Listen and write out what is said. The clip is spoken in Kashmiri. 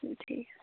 اَدٕ کے